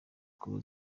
kuba